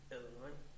Illinois